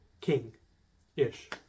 king-ish